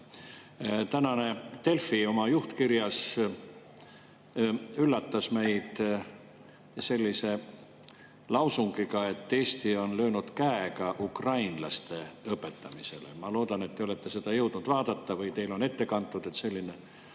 Tänane Delfi oma juhtkirjas üllatas meid sellise lausungiga, et Eesti on löönud käega ukrainlaste õpetamisele. Ma loodan, et te olete seda jõudnud vaadata või teile on ette kantud, et selline